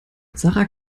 sarah